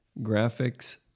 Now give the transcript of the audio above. Graphics